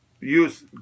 use